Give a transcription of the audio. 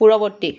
পূৰ্ৱবৰ্তী